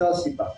זו הסיבה.